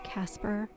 Casper